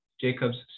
Jacob's